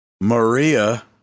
Maria